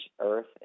earth